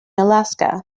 alaska